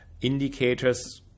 indicators